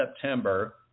September